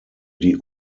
die